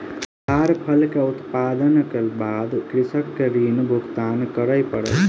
ताड़ फल के उत्पादनक बाद कृषक के ऋण भुगतान कर पड़ल